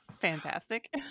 Fantastic